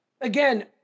again